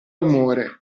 rumore